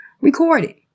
recorded